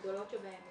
הגדולות שבהן,